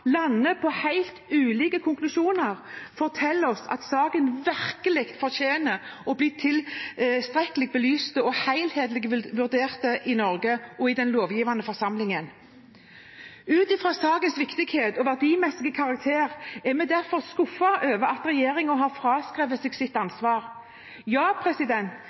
på helt ulike konklusjoner, forteller oss at saken virkelig fortjener å bli tilstrekkelig belyst og helhetlig vurdert i Norge og i den lovgivende forsamlingen. Ut fra sakens viktighet og verdimessige karakter er vi derfor skuffet over at regjeringen har fraskrevet seg sitt ansvar.